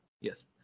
Yes